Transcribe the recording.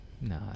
no